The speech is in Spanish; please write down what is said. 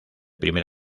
primer